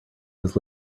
this